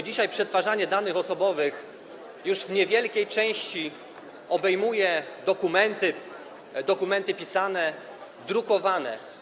Dzisiaj przetwarzanie danych osobowych już w niewielkiej części obejmuje dokumenty pisane i drukowane.